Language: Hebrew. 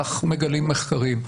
כך מגלים מחקרים.